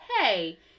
hey